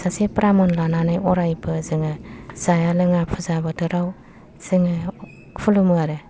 सासे ब्रमन लानानै अरायबो जोङो जाया लोङा पुजा बोथोराव जोङो खुलुमो आरो